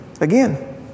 Again